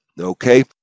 Okay